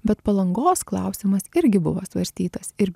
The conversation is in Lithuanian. bet palangos klausimas irgi buvo svarstytas ir